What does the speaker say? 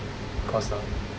because ah